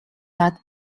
that